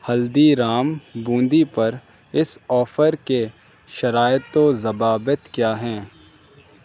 ہلدی رام بوندی پر اس آفر کے شرائط و ضوابط کیا ہیں